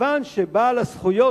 ובעל הזכויות,